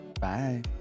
bye